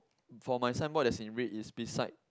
for my sign board that's in red is beside